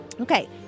Okay